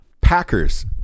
Packers